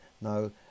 no